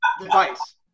device